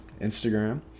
Instagram